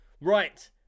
Right